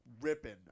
Ripping